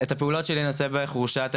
את הפעולות שלי אני עושה בחורשת הירח,